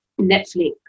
Netflix